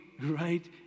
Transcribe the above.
right